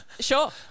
sure